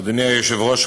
אדוני היושב-ראש,